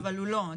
אבל הוא לא.